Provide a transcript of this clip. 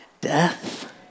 Death